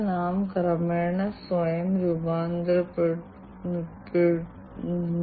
ചില സ്റ്റാൻഡേർഡൈസേഷൻ ശ്രമങ്ങൾ ആഗോളതലത്തിൽ നടക്കുന്നുണ്ട് എന്നാൽ ഒരൊറ്റ മാനദണ്ഡവുമില്ല